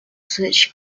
switch